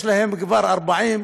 הן כבר 40,